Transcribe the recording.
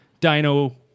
Dino